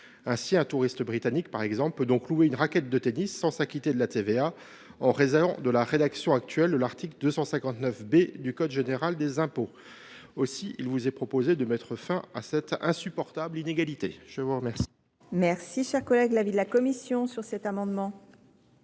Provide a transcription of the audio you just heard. Ainsi, un touriste britannique, par exemple, peut louer une raquette de tennis sans s’acquitter de la TVA, en raison de la rédaction actuelle de l’article 259 B du code général des impôts. Aussi, il vous est proposé de mettre fin à cette insupportable inégalité. Quel